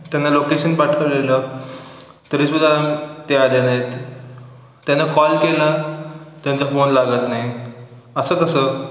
त्यांना लोकेशन पाठवलेलं तरीसुद्धा ते आले नाहीत त्यांना कॉल केला त्यांचा फोन लागत नाही असं कसं